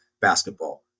basketball